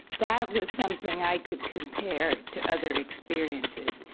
that was something i could compare to other experiences.